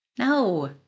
No